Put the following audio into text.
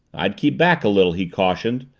i'd keep back a little, he cautioned.